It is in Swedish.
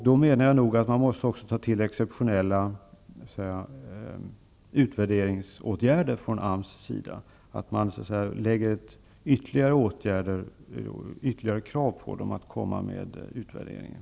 Då måste man också, menar jag, ta till exceptionella utvärderingsåtgärder från AMS sida -- man måste ställa ytterligare krav på AMS att göra utvärderingen.